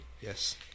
Yes